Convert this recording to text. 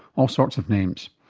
all sorts of names.